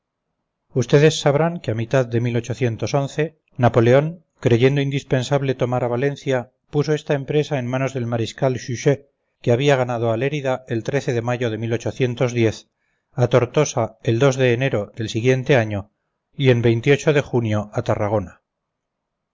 ustedes sabrán que a mitad de napoleón creyendo indispensable tomar a valencia puso esta empresa en manos del mariscal suchet que había ganado a lérida en de mayo de a tortosa en de enero del siguiente año y en de junio a tarragona